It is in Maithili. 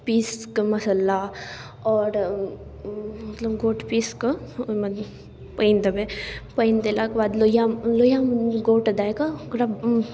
पीसिकऽ मसल्ला आओर मतलब गोट पीसिकऽ ओहिमे पानि देबै पानि देलाके बाद लोहिआ लोहिआमे गोट दऽ कऽ ओकरा